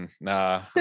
nah